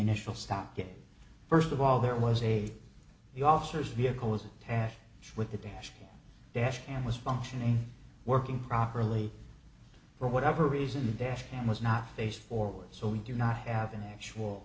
initial stop get first of all there was a the officers vehicle was attached with the dash dash cam was functioning working properly for whatever reason the dash cam was not face forward so we do not have an actual